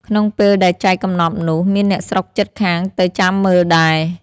ក្នុងពេលដែលចែកកំណប់នោះ៖ មានអ្នកស្រុកជិតខាងទៅចាំមើលដែរ ។